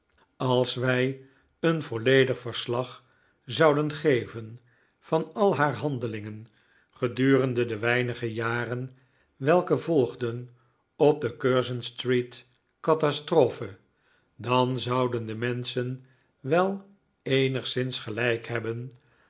als wij een volledig verslag zouden geven van al haar handelingen gedurende de weinige jaren welke volgden op de curzon street catastrophe dan zouden de menschen wel eenigszins gelijk hebben